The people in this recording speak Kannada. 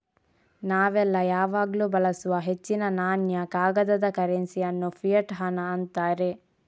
ನಾವೆಲ್ಲ ಯಾವಾಗ್ಲೂ ಬಳಸುವ ಹೆಚ್ಚಿನ ನಾಣ್ಯ, ಕಾಗದದ ಕರೆನ್ಸಿ ಅನ್ನು ಫಿಯಟ್ ಹಣ ಅಂತಾರೆ